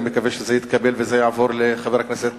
ואני מקווה שזה יתקבל ויעבור לחבר הכנסת